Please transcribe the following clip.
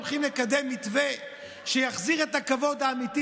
הולך לקדם מתווה שיחזיר את הכבוד האמיתי